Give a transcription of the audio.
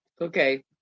Okay